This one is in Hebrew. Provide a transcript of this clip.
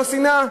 לא שנאה?